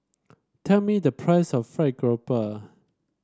tell me the price of fry grouper